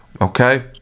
Okay